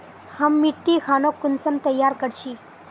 हम मिट्टी खानोक कुंसम तैयार कर छी?